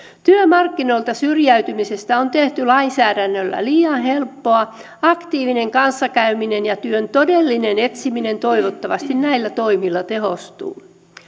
työmarkkinoilta syrjäytymisestä on tehty lainsäädännöllä liian helppoa aktiivinen kanssakäyminen ja työn todellinen etsiminen toivottavasti näillä toimilla tehostuvat